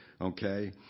okay